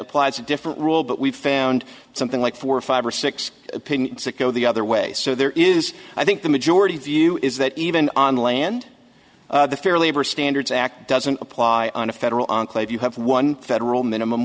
applies a different rule but we found something like four or five or six opinions that go the other way so there is i think the majority view is that even on land the fair labor standards act doesn't apply on a federal enclave you have one federal minimum